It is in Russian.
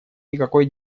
никакой